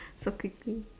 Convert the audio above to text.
so picky